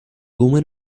woman